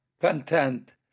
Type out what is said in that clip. content